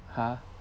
!huh!